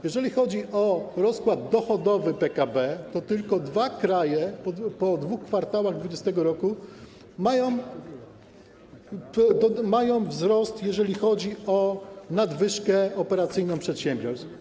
Jeżeli chodzi o rozkład dochodowy PKB, to tylko dwa kraje po dwóch kwartałach 2020 r. mają wzrost, jeżeli chodzi o nadwyżkę operacyjną przedsiębiorstw.